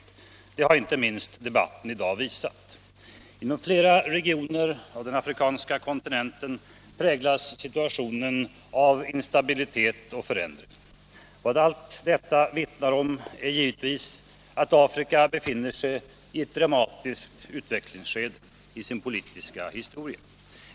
Det har inte minst debatten i dag visat. Inom flera regioner av den afrikanska kontinenten präglas situationen av instabilitet och förändring. Vad allt detta vittnar om är givetvis att Afrika befinner sig i ett dramatiskt utvecklingsskede i sin politiska historia.